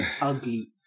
ugly